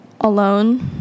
alone